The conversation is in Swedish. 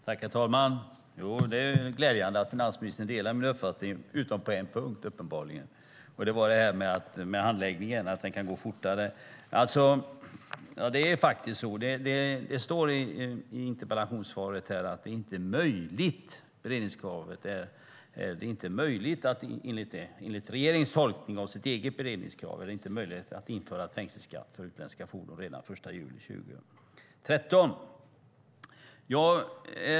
Herr talman! Det är glädjande att finansministern delar min uppfattning utom uppenbarligen på en punkt. Det var att handläggningen kunde gå fortare. Det står i interpellationssvaret att det med regeringens tolkning av sitt eget beredningskrav är det inte möjligt att införa trängselskatt för utländska fordon redan den 1 juli 2013.